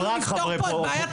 יש פה רק חברי אופוזיציה.